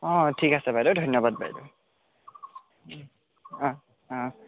অঁ ঠিক আছে বাইদেউ ধন্যবাদ বাইদেউ অঁ অঁ